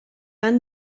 han